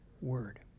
word